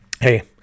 hey